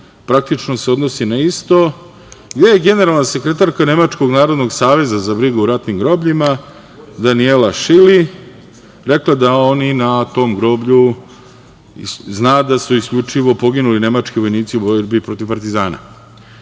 praktično se odnosi na isto, gde je generalna sekretarka Narodnog saveza za brigu o ratnim grobljima, Danijela Šili rekla da zna da su oni na tom groblju isključivo poginuli nemački vojnici u borbi protiv partizana.U